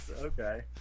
Okay